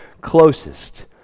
closest